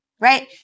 right